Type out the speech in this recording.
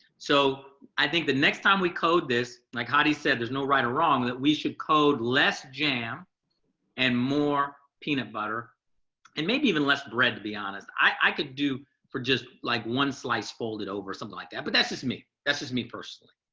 so i think the next time we code this like hadi said, there's no right or wrong, that we should code less jam and more peanut butter and maybe even less bread to be honest. i can do for just like one slice folded over something like that, but that's just me. that's just me personally.